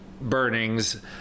burnings